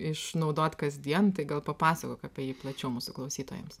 išnaudot kasdien tai gal papasakok apie jį plačiau mūsų klausytojams